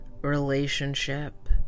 relationship